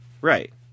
Right